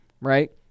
right